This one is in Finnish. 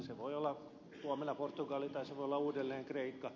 se voi olla huomenna portugali tai se voi olla uudelleen kreikka